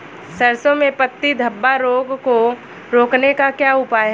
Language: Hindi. सरसों में पत्ती धब्बा रोग को रोकने का क्या उपाय है?